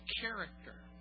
character